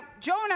Jonah